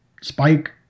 Spike